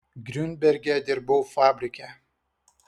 griunberge dirbau fabrike